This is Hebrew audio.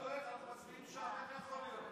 אנחנו מצביעים שם, איך יכול להיות?